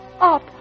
up